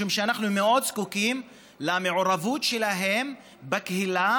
משום שאנחנו מאוד זקוקים למעורבות שלהם בקהילה